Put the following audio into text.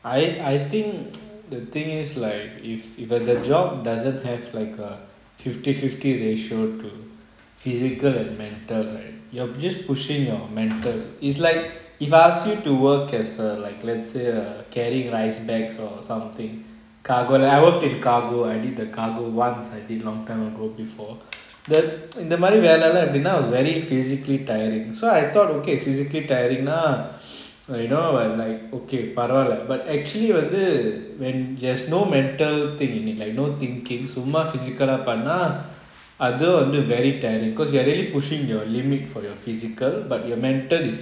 I I think the thing is like if if ah the job doesn't have like a fifty fifty ratio to physical and mental right you're just pushing your mental it's like if I asked you to work as a like let's say err carrying rice bags or something cargo I will pick cargo I did the cargo once I did long time ago before the இந்த மாறி வெள்ளம்:intha maari vellam vanthu epidina was very physically tiring so I thought okay physically tiring lah like you know I'm like okay பரவலா:paravala but actually வந்து:vanthu when the when there's no mental thing you need like no thinking so much physical பண்ண அதும் வந்து:panna athum vanthu very tiring cause you are really pushing your limit for your physical but your mental is